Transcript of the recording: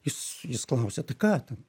jis jis klausia tai ką ten